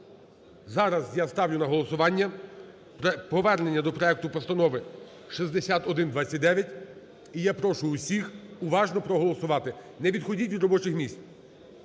Зараз я ставлю на голосування повернення до проекту Постанови 6129. І я прошу всіх уважно проголосувати. Не відходіть від робочих місць.